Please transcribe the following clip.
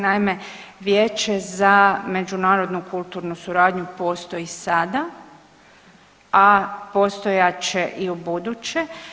Naime, Vijeće za međunarodnu kulturnu suradnju postoji i sada, a postojat će i ubuduće.